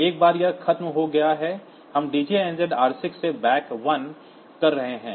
एक बार यह खत्म हो गया है हम djnz r6 से back1 कर रहे हैं